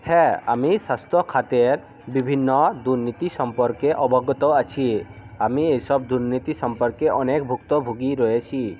হ্যাঁ আমি স্বাস্থ্যখাতের বিভিন্ন দুর্নীতি সম্পর্কে অবগত আছি আমি এসব দুর্নীতি সম্পর্কে অনেক ভুক্তভোগী রয়েছি